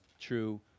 true